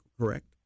correct